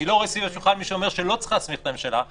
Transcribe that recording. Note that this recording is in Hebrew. אני לא רואה סביב השולחן מי שאומר שלא צריך להסמיך את הממשלה,